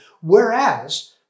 whereas